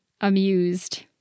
amused